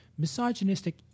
misogynistic